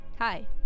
hi